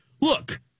Look